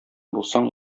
булсаң